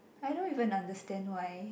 I don't even understand why